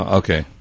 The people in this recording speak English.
okay